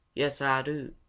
yes, ah do!